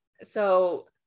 so-